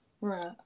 Right